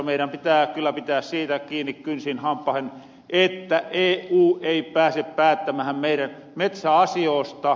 meidän pitää kyllä pitää siitä kiinni kynsin hampahin että eu ei pääse päättämähän meirän metsäasioosta